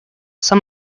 some